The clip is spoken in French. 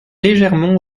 légèrement